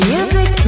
Music